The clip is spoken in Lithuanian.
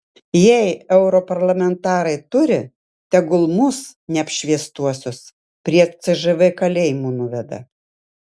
jei europarlamentarai turi tegul mus neapšviestuosius prie cžv kalėjimo nuveda